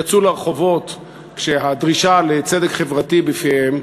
יצאו לרחובות כשהדרישה לצדק חברתי בפיהם,